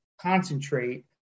concentrate